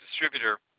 distributor